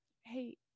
hey